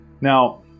now